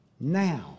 now